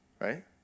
Right